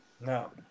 No